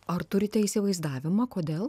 ar turite įsivaizdavimą kodėl